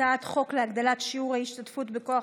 הצעת חוק להגדלת שיעור ההשתתפות בכוח